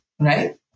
right